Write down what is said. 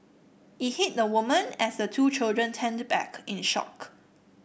it hit the woman as the two children turned back in the shock